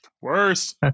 Worse